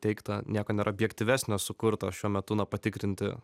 teigta nieko nėra objektyvesnio sukurta šiuo metu na patikrinti